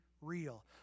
real